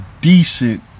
decent